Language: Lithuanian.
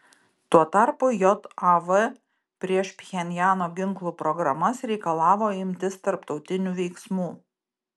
tuo tarpu jav prieš pchenjano ginklų programas reikalavo imtis tarptautinių veiksmų